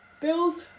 Bill's